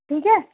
ਠੀਕ ਹੈ